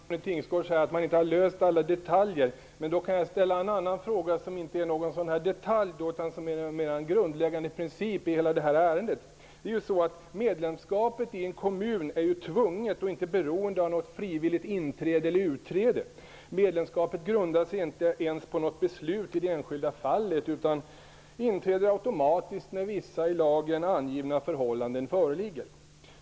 Fru talman! Tone Tingsgård säger att man inte har löst alla detaljproblem. Låt mig då ställa en annan fråga, som inte gäller en detalj utan mera en grundläggande princip i hela detta ärende. Medlemskapet i en kommun är ju obligatoriskt och inte beroende av något frivilligt inträde eller utträde. Medlemskapet grundas inte ens på något beslut i det enskilda fallet utan inträder automatiskt när vissa i lagen angivna förhållanden föreligger.